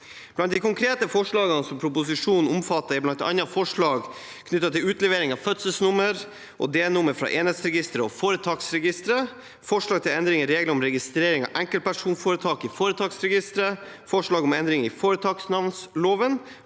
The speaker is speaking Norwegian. Blant de konkrete forslagene som proposisjonen omfatter, er forslag knyttet til utlevering av fødselsnummer og d-nummer fra Enhetsregisteret og Foretaksregisteret, forslag til endringer i reglene om registrering av enkeltpersonforetak i Foretaksregisteret, forslag om endringer i foretaksnavneloven,